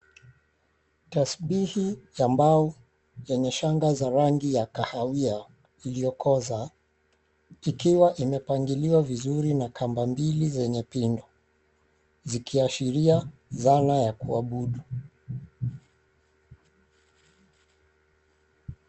Tashbihi ya mbao yenye shanga za rangi ya kahawia, iliyo koza, ikiwa imepangiliwa vizuri na kamba mbili zenye pindo, zikiashiria dhana ya kuabudu.